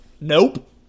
Nope